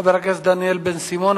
חבר הכנסת דניאל בן-סימון,